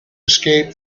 escape